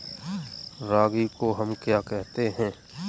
रागी को हम क्या कहते हैं?